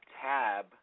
tab